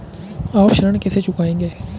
आप ऋण कैसे चुकाएंगे?